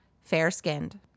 fair-skinned